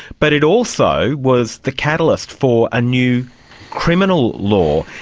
but it also was the catalyst for a new criminal law,